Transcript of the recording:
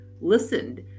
listened